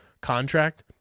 contract